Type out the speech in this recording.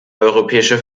europäische